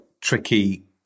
tricky